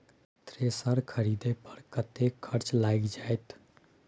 Thresher खरीदे पर कतेक खर्च लाईग जाईत?